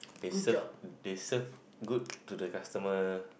they serve they serve good to the customer